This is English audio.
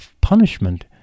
punishment